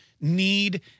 need